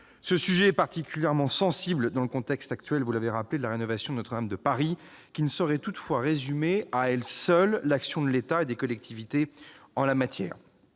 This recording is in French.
Ce sujet est particulièrement sensible dans le contexte actuel de la rénovation de Notre-Dame de Paris, qui ne saurait toutefois résumer à elle seule l'action de l'État et des collectivités territoriales